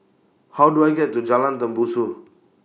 How Do I get to Jalan Tembusu